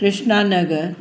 Krishna Nagar